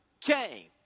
came